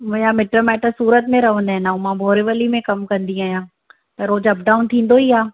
मुंहिंजा मिट माइट सूरत में रहंदा आहिनि ऐं मां बोरीवली में कमु कंदी आहियां त रोज अप डाउन थींदो ई आहे